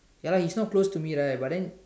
ya his not close to me right but then